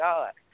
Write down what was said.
God